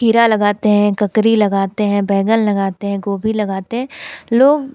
खीरा लगाते हैं ककड़ी लगाते हैं बैगन लगाते हैं गोभी लगाते हैं लोग